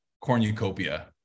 cornucopia